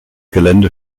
gelände